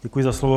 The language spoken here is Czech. Děkuji za slovo.